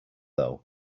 though